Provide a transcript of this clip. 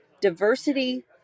diversity